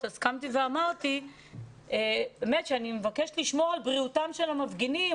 קמתי ואמרתי שאני מבקשת לשמור על בריאותם של המפגינים,